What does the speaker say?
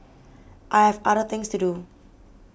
I have other things to do